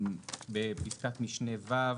בפסקת משנה (ו)